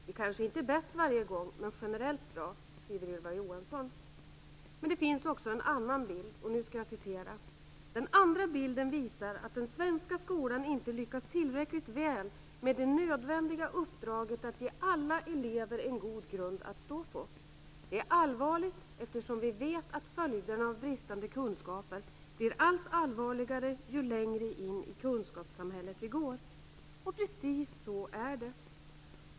Vi är kanske inte bäst varje gång men generellt bra, skriver Ylva Men det finns också en annan bild: "Den andra bilden visar att den svenska skolan inte lyckas tillräckligt väl med det nödvändiga uppdraget att ge alla elever en god grund att stå på. Det är allvarligt eftersom vi vet att följderna av bristande kunskaper blir allt allvarligare ju längre in i kunskapssamhället vi går". Precis så är det.